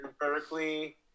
Berkeley